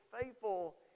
faithful